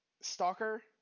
stalker